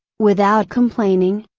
without complaining,